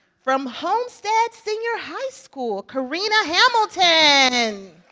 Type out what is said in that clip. from homestead senior high school, karina hamilton.